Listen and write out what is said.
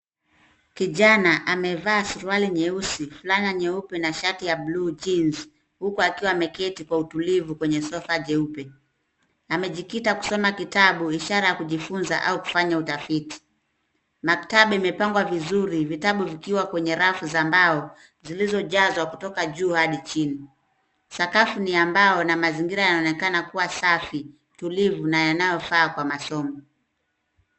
Kijana amevaa suruali nyeusi fulana nyeupe na shati ya blue jeans huku akiwa ameketi kwa utulivu kwenye sofa jeupe, amejikita kusoma kitabu ishara ya kujifunza au kufanya utafiti. Maktaba imepangwa vizuri. Vitabu vikiwa kwenye rafu za mbao zilizojazwa kutoka juu hadi chini. Sakafu ni ya mbao na mazingira yanayonekana kuwa safi, tulivu na yanayofaa kwa masomo.